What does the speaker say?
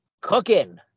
cooking